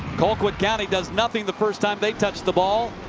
colquitt county does nothing the first time they touch the ball.